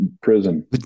prison